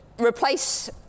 replace